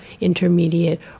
intermediate